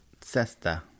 Cesta